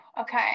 okay